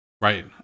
Right